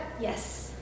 Yes